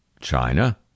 China